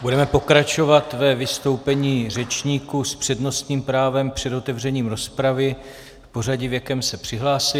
Budeme pokračovat ve vystoupení řečníků s přednostním právem před otevřením rozpravy v pořadí, v jakém se přihlásili.